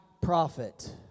prophet